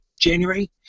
January